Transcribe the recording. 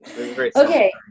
okay